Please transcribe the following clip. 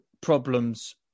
problems